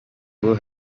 ubu